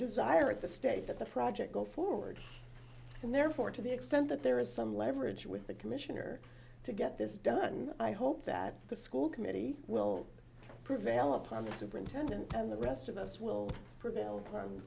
desire at the state that the project go forward and therefore to the extent that there is some leverage with the commissioner to get this done i hope that the school committee will prevail upon the superintendent and the rest of us will prevail upon